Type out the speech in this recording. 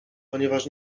ponieważ